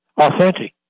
Authentic